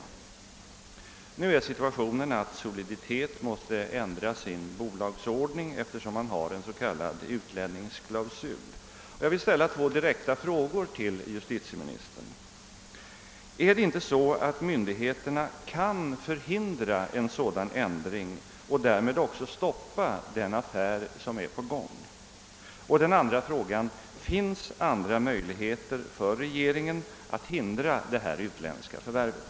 Situationen är nu sådan att AB Soliditet måste ändra sin bolagsordning, eftersom där finns en s, k. utlänningsklausul. Jag vill ställa två direkta frågor till justitieministern. Är det inte så att myndigheerna kan förhindra en sådan ändring och därmed också stoppa den affär som är på gång? Min andra fråga lyder: Finns andra möjligheter för regeringen att hindra det utländska förvärvet?